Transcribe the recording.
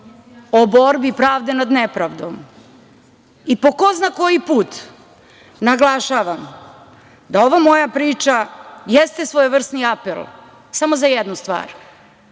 o borbi pravde nad nepravdom i po ko zna koji put naglašavam da ova moja priča jeste svojevrsni apel samo za jednu stvar